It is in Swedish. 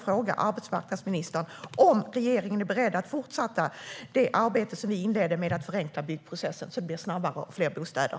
Är regeringen beredd att fortsätta det arbete med att förenkla byggprocessen som vi inledde så att det snabbare blir fler bostäder?